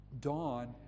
dawn